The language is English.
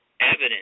evidence